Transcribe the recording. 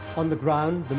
on the ground,